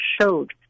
showed